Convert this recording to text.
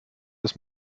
das